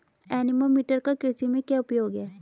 Anemometer का कृषि में क्या उपयोग है?